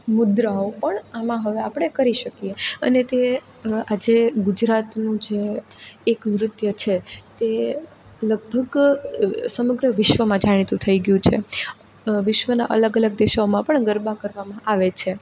મુદ્રાઓ પણ આમાં હવે આપણે કરી શકીએ અને તે આજે ગુજરાતનું જે એક નૃત્ય છે તે લગભગ સમગ્ર વિશ્વમાં જાણીતું થઈ ગયું છે વિશ્વના પણ અલગ અલગ દેશોમાં પણ ગરબા કરવામાં આવે છે